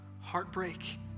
heartbreak